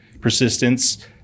persistence